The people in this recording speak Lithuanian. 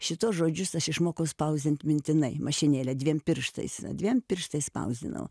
šituos žodžius aš išmokau spausdint mintinai mašinėle dviem pirštais dviem pirštais spausdinau